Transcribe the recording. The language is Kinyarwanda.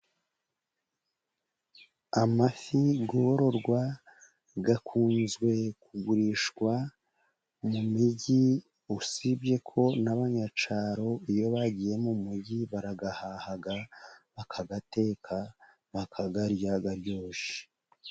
Amafi yororwa akunze kugurishwa mu mijyi, usibye ko n'abanyacyaro iyo bagiye mu mujyi barayahaha, bakayateka, bakayarya aryoshye.